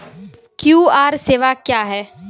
QR सेवा क्या हैं?